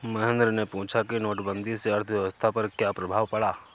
महेंद्र ने पूछा कि नोटबंदी से अर्थव्यवस्था पर क्या प्रभाव पड़ा